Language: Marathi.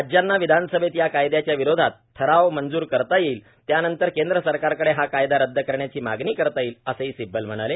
राज्यांना विधानसभेत या कायद्याच्या विरोधात ठराव मंजूर करता येईल त्यानंतर केंद्र सरकारकडे हा कायदा रदद करण्याची मागणी करता येईल असंही सिब्बल म्हणाले